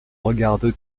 regarde